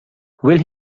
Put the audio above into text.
will